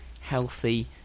healthy